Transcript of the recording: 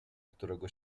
którego